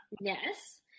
Yes